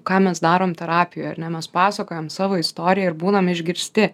ką mes darom terapijoj ar ne mes pasakojam savo istoriją ir būnam išgirsti